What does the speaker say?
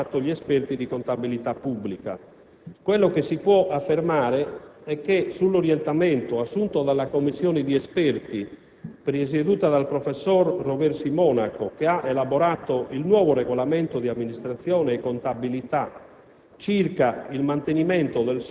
non nuovo, che ha sempre appassionato gli esperti di contabilità pubblica. Quello che si può affermare è che sull'orientamento assunto dalla Commissione di esperti presieduta dal professor Roversi Monaco, che ha elaborato il nuovo Regolamento di amministrazione e contabilità,